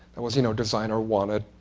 it was you know designer wanted.